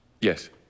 Yes